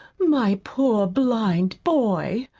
my poor blind boy!